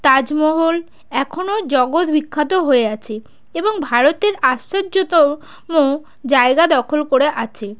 তাজমহল এখনও জগৎ বিখ্যাত হয়ে আছে এবং ভারতের আশ্চর্যতম জায়গা দখল করে আছে